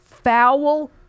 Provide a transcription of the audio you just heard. Foul